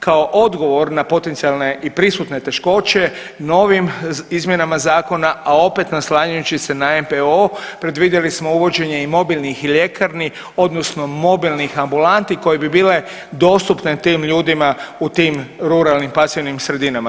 Kao odgovor na potencijalne i prisutne teškoće novim izmjenama zakona, a opet naslanjajući se na NPO predvidjeli smo i uvođenje i mobilnih ljekarni odnosno mobilnih ambulanti koje bi bile dostupne tim ljudima u tim ruralnim, pasivnim sredinama.